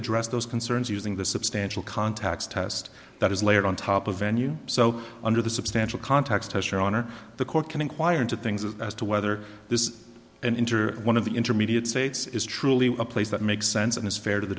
address those concerns using the substantial contacts test that is layered on top of venue so under the substantial context test your honor the court can inquire into things as to whether this is an interim one of the intermediate states is truly a place that makes sense and is fair to the